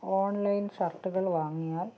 online ഷർട്ടുകൾ വാങ്ങിയാൽ